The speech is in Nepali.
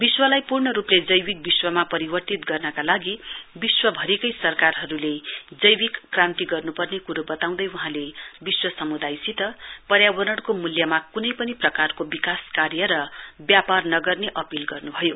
विश्वलाई पूर्णरुपले जैविक विश्वमा परिवर्तित गर्नका लागि विश्वभरिकै सरकारहरुले जैविक क्रान्ति गर्नुपर्ने क्रे वताउँदै वहाँले विश्व समुदायसित पर्यावरणको मूल्यमा क्नै पनि प्रकारको विकास कार्य र व्यापार नगर्ने अपील गर्नुभयो